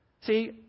See